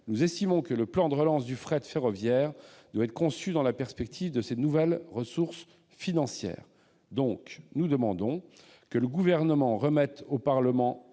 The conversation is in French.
nous estimons que le plan de relance du fret ferroviaire doit être conçu dans la perspective de ces nouvelles ressources financières. Nous demandons donc que le Gouvernement remette au Parlement